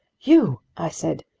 you! i said.